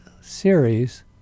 series